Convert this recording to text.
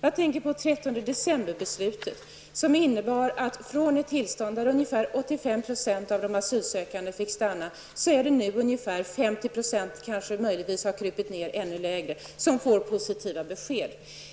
Jag tänker på beslutet från den 13 december, som innebär att Sverige mot ungefär 85 % tidigare.